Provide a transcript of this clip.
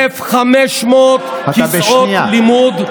1,500 כיסאות לימוד,